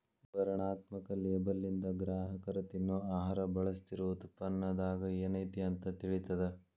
ವಿವರಣಾತ್ಮಕ ಲೇಬಲ್ಲಿಂದ ಗ್ರಾಹಕರ ತಿನ್ನೊ ಆಹಾರ ಬಳಸ್ತಿರೋ ಉತ್ಪನ್ನದಾಗ ಏನೈತಿ ಅಂತ ತಿಳಿತದ